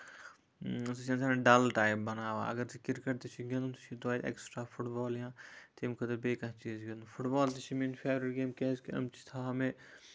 سُہ چھُ اِنسانَس ڈل ٹایپ بَناوان اَگر ژٕ کِرکٹ تہِ چھُے گِندُن ژٕ چھُے دُہوے اٮ۪کٔسٹرا فُٹ بال یا تَمہِ خٲطرٕ بیٚیہِ کانہہ چیٖز گِندُن فُت بال تہِ چھِ میٲنۍ فیورِٹ گیم کیازِ کہِ أمۍ چھِ تھاوان مےٚ